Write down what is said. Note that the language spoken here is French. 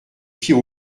pied